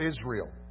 Israel